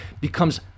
becomes